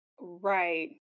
Right